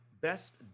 best